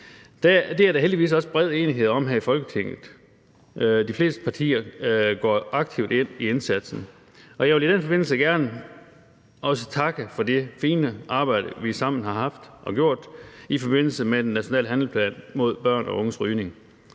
Det er der heldigvis også bred enighed om her i Folketinget. De fleste partier går aktivt ind i indsatsen, og jeg vil i den forbindelse også gerne takke for det fine arbejde, vi sammen har haft og gjort i forbindelse med den nationale handlingsplan mod børns og unges rygning.